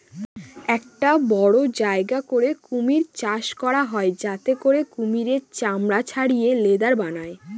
একটা বড়ো জায়গা করে কুমির চাষ করা হয় যাতে করে কুমিরের চামড়া ছাড়িয়ে লেদার বানায়